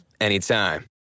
anytime